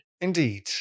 Indeed